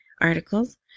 articles